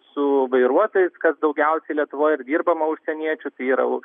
su vairuotojais kas daugiausiai lietuvoje ir dirbama užsieniečių tai yra